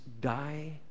die